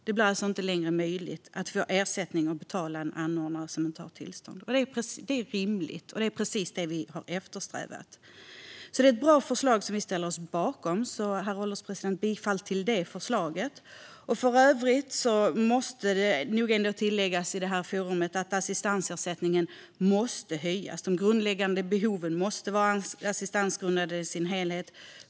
Det blir alltså inte längre möjligt att få ersättning och betala en anordnare som inte har tillstånd. Detta är rimligt, och det är precis detta vi har eftersträvat. Det här är ett bra förslag som vi ställer oss bakom. Jag yrkar bifall till förslaget, herr ålderspresident. För övrigt måste det tilläggas i detta forum att assistansersättningen måste höjas. De grundläggande behoven måste vara assistansgrundande i sin helhet.